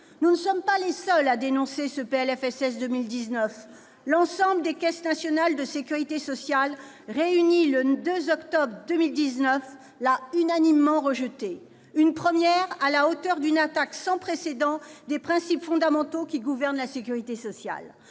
Nous ne sommes pas les seuls à dénoncer ce PLFSS pour 2019. L'ensemble des caisses nationales de sécurité sociale, réunies le 2 octobre 2018, l'a unanimement rejeté. Une première, à la hauteur d'une attaque sans précédent des principes fondamentaux qui gouvernent la sécurité sociale